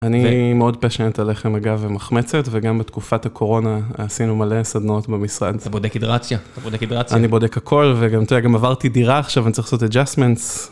אני מאוד Passionate על לחם, אגב, ומחמצת, וגם בתקופת הקורונה עשינו מלא סדנאות במשרד. אתה בודק אידרציה, אתה בודק אידרציה. אני בודק הכל, וגם עברתי דירה עכשיו, אני צריך לעשות Adjustments.